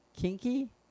kinky